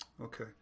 Okay